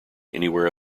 anywhere